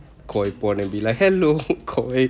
koi pond and be like hello koi